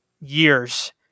years